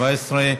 2017,